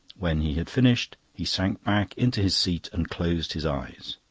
when he had finished, he sank back into his seat and closed his eyes.